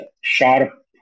sharp